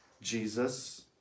Jesus